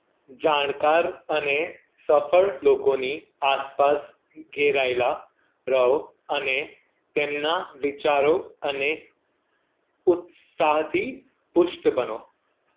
જાણકાર અને સફળ લોકોની આસપાસ ઘેરાએલા રહો અને તેમના વિચારો અને ઉત્સાહથી પુષ્ટ બનો